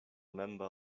member